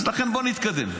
אז לכן בוא נתקדם.